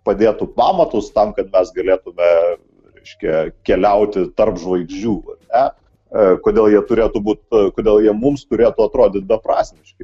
padėtų pamatus tam kad mes galėtume reiškia keliauti tarp žvaigždžių e kodėl jie turėtų būti kodėl jie mums turėtų atrodyt beprasmiški